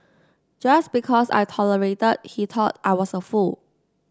just because I tolerated he thought I was a fool